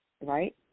right